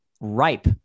ripe